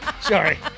Sorry